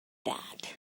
that